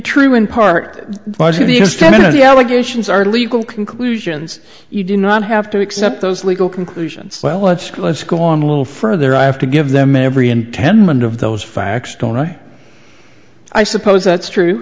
true in part but to the extent the allegations are legal conclusions you do not have to accept those legal conclusions well let's go let's go on a little further i have to give them every intendment of those facts don't i i suppose that's true